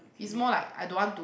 it's more like I don't want to